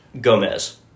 Gomez